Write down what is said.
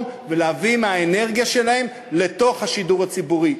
ולהביא מהאנרגיה שלהם לתוך השידור הציבורי.